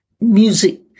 music